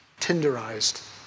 tenderized